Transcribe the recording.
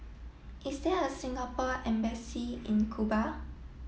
is there a Singapore embassy in Cuba